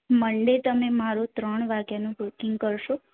મંડે તમે મારું ત્રણ વાગ્યાનું બુકિંગ કરશો